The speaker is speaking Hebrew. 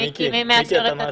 לא היה לי מה להוסיף,